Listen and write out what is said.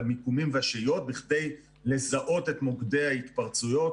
המיקומים והשהיות כדי לזהות את מוקדי ההתפרצויות